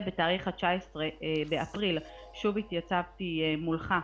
ובתאריך ה-19 באפריל שוב התייצבתי מולך,